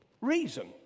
reason